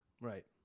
Right